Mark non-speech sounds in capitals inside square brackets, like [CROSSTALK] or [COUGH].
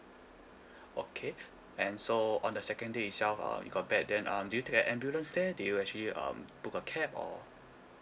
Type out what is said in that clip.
[BREATH] okay [BREATH] and so on the second day itself uh it got bad then um did you take an ambulance there do you actually um booked a cab or